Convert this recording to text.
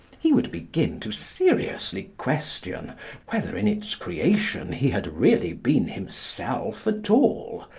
he would begin to seriously question whether in its creation he had really been himself at all,